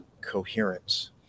coherence